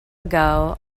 ago